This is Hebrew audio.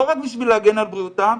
לא רק בשביל להגן על בריאותם,